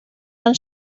ond